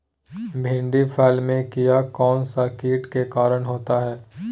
भिंडी फल में किया कौन सा किट के कारण होता है?